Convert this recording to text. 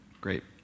Great